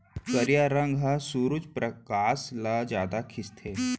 करिया रंग ह सुरूज परकास ल जादा खिंचथे